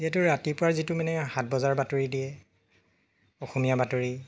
যিহেতু ৰাতিপুৱাৰ যিটো মানে সাত বজাৰ বাতৰি দিয়ে অসমীয়া বাতৰি